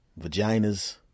Vaginas